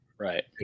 Right